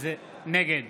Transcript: נגד